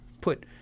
put